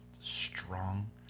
strong